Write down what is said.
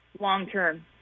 long-term